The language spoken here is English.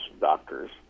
doctors